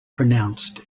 pronounced